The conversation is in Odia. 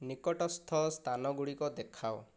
ନିକଟସ୍ଥ ସ୍ଥାନଗୁଡ଼ିକ ଦେଖାଅ